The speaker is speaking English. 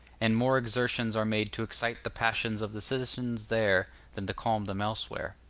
and more exertions are made to excite the passions of the citizens there than to calm them elsewhere.